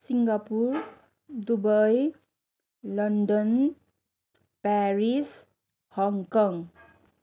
Singapore Dubai London Paris Hong Kong